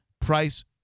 price